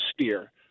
steer